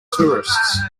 tourists